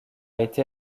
été